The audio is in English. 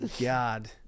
god